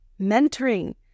mentoring